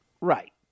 Right